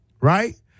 Right